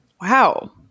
Wow